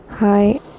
Hi